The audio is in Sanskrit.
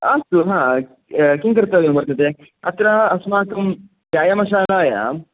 अस्तु हा किं कर्तव्यं वर्तते अत्र अस्माकं व्यायामशालायाम्